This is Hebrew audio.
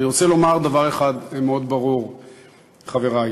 אני רוצה לומר דבר אחד מאוד ברור, חברי.